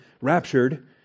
raptured